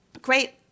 great